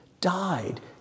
died